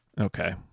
Okay